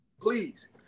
please